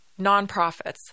nonprofits